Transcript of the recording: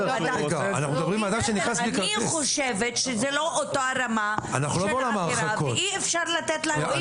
אני חושבת שזה לא אותה רמה של עבירה ואי אפשר לתת להם אותה ענישה.